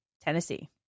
Tennessee